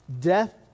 Death